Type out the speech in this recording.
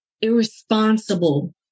irresponsible